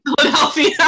Philadelphia